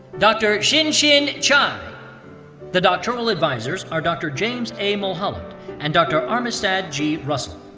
dr. xinxin zhai. the doctoral advisors are dr. james a. mulholland and dr. armistead g. russell.